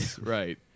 Right